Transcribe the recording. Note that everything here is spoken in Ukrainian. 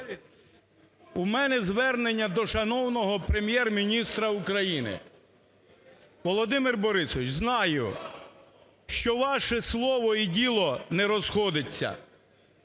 У мене звернення до шановного Прем'єр-міністра України. Володимир Борисович, знаю, що ваше слово і діло не розходиться.